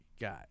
guy